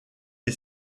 est